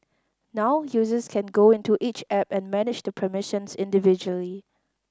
now users can go into each app and manage the permissions individually